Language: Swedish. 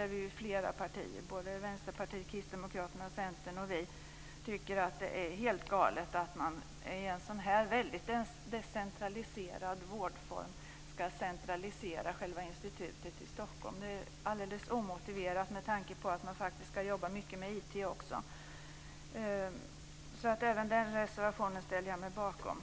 är vi flera partier - Vänsterpartiet, Kristdemokraterna, Centern och Miljöpartiet - som tycker att det är helt galet att man i en så decentraliserad vårdform ska centralisera själva institutet till Stockholm. Det är alldeles omotiverat med tanke på att man ska jobba mycket med IT. Även den reservationen ställer jag mig bakom.